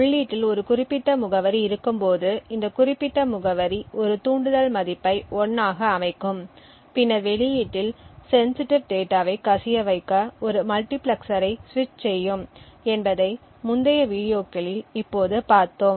உள்ளீட்டில் ஒரு குறிப்பிட்ட முகவரி இருக்கும்போது இந்த குறிப்பிட்ட முகவரி ஒரு தூண்டுதல் மதிப்பை 1 ஆக அமைக்கும் பின்னர் வெளியீட்டில் சென்சிடிவ் டேட்டாவை கசிய வைக்க ஒரு மல்டிபிளெக்சரை சுவிட்ச் செய்யும் என்பதை முந்தைய வீடியோக்களில் இப்போது பார்த்தோம்